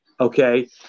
Okay